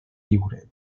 lliure